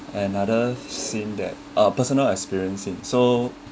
another scene that a personal experiencing so